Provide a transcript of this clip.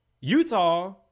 Utah